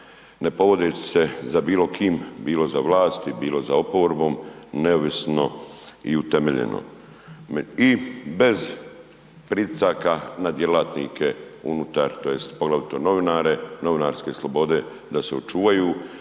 ne povodeći se za bilo kim, bilo za vlasti, bilo za oporbom, neovisno i utemeljeno i bez pritisaka na djelatnike unutar tj. poglavito novinare, novinarske slobode da se očuvaju